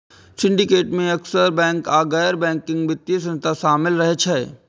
syndicate मे अक्सर bank आ गैर बैंकिंग वित्तीय संस्था शामिल रहै छै